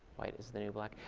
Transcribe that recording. white is the new black.